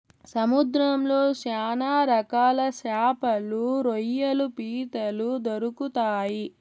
సముద్రంలో శ్యాన రకాల శాపలు, రొయ్యలు, పీతలు దొరుకుతాయి